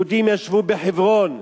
יהודים ישבו בחברון,